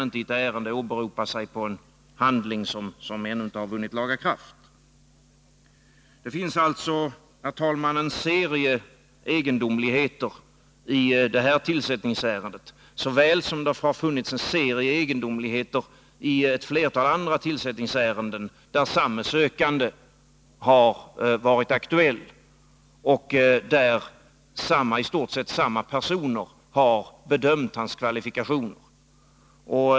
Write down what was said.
Det finns således, herr talman, en serie egendomligheter i detta tillsättningsärende, liksom i ett flertal andra tillsättningsärenden där samme sökande har varit aktuell och där i stort sett samma personer har bedömt hans kvalifikationer.